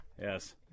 Yes